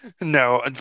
No